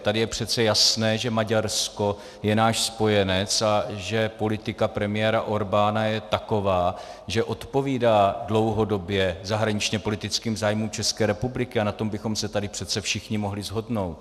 Tady je přece jasné, že Maďarsko je náš spojenec a že politika premiéra Orbána je taková, že odpovídá dlouhodobě zahraničněpolitickým zájmům České republiky, a na tom bychom se tady přece všichni mohli shodnout.